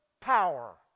power